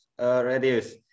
radius